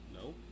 No